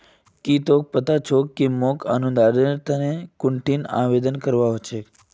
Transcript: की तोक पता छोक कि मोक अनुदानेर तने कुंठिन आवेदन करवा हो छेक